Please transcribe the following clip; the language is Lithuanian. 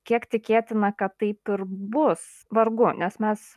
kiek tikėtina kad taip ir bus vargu nes mes